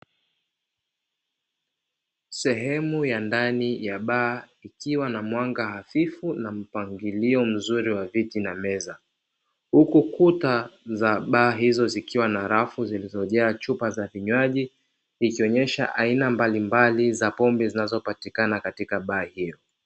Sehemu ya ndani ya baa ikiwa na mwanga hafifu na mpangilio mzuri wa viti na meza, huku kuta za baa hizo zikiwa na rafu zilizojaa chupa za vinywaji ikionyesha aina mbalimbali za pombe zinazopatikana katika baa hiyo.